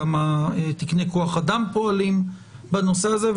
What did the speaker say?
כמה תקני כוח אדם פועלים בנושא הזה?